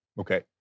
Okay